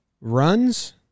Runs